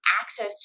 access